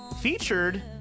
featured